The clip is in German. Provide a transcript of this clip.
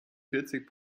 vierzig